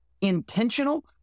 intentional